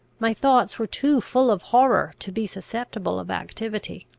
my thoughts were too full of horror to be susceptible of activity.